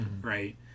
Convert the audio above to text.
right